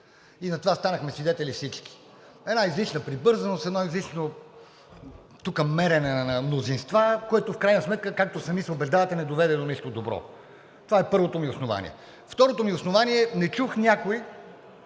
и на това станахме свидетели всички. Една излишна прибързаност, едно излишно мерене на мнозинства тук, което в крайна сметка, както сами се убеждавате, не доведе до нищо добро. Това е първото ми основание. Второто ми основание. Не чух някой